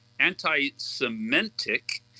anti-semitic